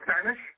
Spanish